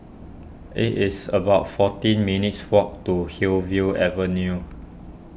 it is about fourteen minutes' walk to Hillview Avenue